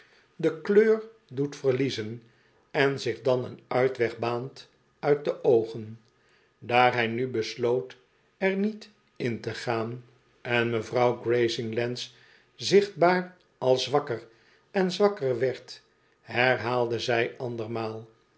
de kleur doet verliezen en zich dan een uitweg baant uit de oogen daar hij nu besloot er niet in te gaan en mevrouw grazinglands zichtbaar al zwakker en zwakker werd herhaalde zij andermaal